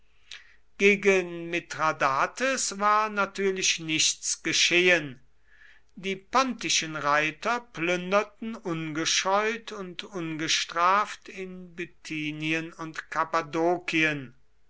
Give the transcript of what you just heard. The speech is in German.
gegen mithradates war natürlich nichts geschehen die pontischen reiter plünderten ungescheut und ungestraft in bithynien und